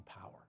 power